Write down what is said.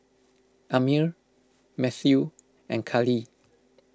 Amir Mathew and Cali